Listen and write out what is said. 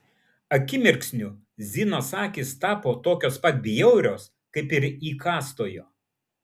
akimirksniu zinos akys tapo tokios pat bjaurios kaip ir įkąstojo